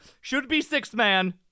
should-be-sixth-man